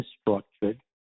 structured